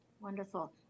Wonderful